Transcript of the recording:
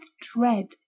dread